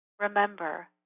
Remember